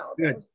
Good